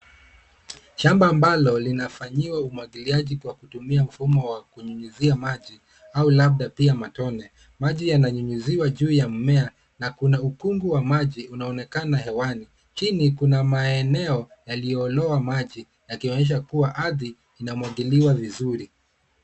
Shamba ambalo linafanyiwa umwagiliaji kwa kutumia mfumo wa kunyunyizia maji au labda pia matone. Maji yananyunyiziwa juu ya mmea na kuna ukungu wa maji unaonekana hewani. Chini kuna maeneo yaliyoloa maji, yakionyesha kuwa ardhi inamwagiliwa vizuri.